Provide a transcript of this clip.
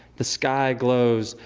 the sky glows,